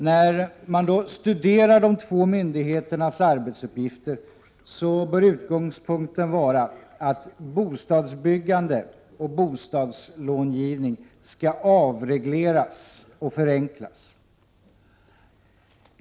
När man studerar de två myndigheternas arbetsuppgifter bör utgångspunkten vara att bostadsbyggande och bostadslångivning skall avregleras och förenklas.